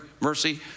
mercy